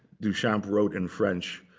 duchamp wrote in french,